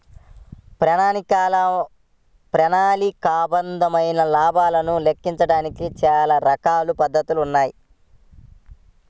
ప్రణాళికాబద్ధమైన లాభాలను లెక్కించడానికి చానా రకాల పద్ధతులున్నాయి